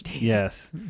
Yes